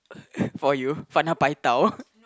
for you Fana paitao